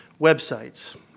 websites